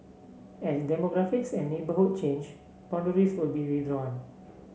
an demographics and neighbourhood change boundaries will be redrawn